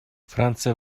франция